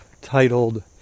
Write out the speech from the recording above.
titled